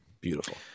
Beautiful